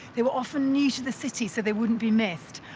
they were often new to the city so they wouldn't be missed.